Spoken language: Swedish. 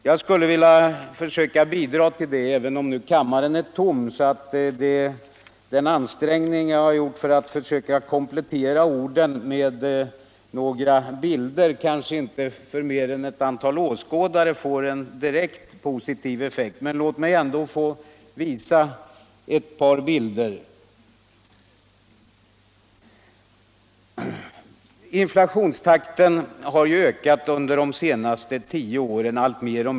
Jag skulle vilja försöka bidra till en riktig verklighetsbeskrivning, och jag har gjort en ansträngning att komplettera orden med några bilder. Jag vill visa ett par diagram på bildskärmen. även om kammaren nu är tom så att de kanske inte för mer än cett antal åskådare får en direkt positiv effekt. Inflationstakten har ju ökat alltmer under de senaste tio åren.